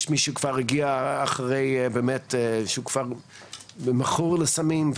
מי שכבר הגיע אחרי שהוא כבר מכור לסמים,